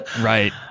Right